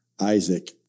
Isaac